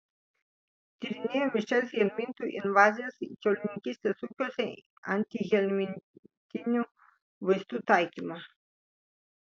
tyrinėjo mišrias helmintų invazijas kiaulininkystės ūkiuose antihelmintinių vaistų taikymą